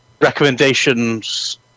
recommendations